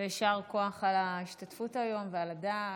ויישר כוח על ההשתתפות היום ועל הדג.